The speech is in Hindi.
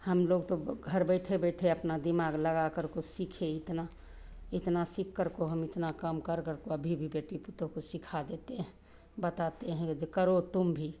हमलोग तो घर बैठे बैठे अपना दिमाग लगाकर कुछ सीखे इतना इतना सीख करको हम इतना काम करको अभी भी बेटी पुतोहू को सिखा देते हैं बताते हैं जो करो तुम भी